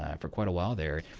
ah for quite a while there,